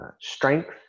strength